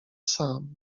sam